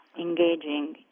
engaging